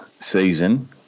season